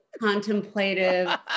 contemplative